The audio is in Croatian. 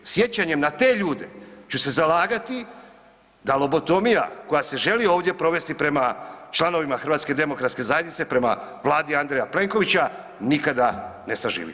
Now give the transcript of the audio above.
E sjećanjem na te ljude ću se zalagati da lobotomija koja se želi ovdje provesti prema članovima HDZ-a, prema Vladi Andreja Plenkovića nikada ne saživi.